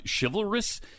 chivalrous